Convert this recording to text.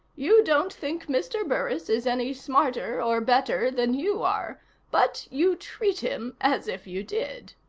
you don't think mr. burris is any smarter or better than you are but you treat him as if you did.